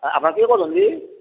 ଆପଣ କିଏ କହୁଛନ୍ତି କି